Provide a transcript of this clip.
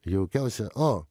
jaukiausia o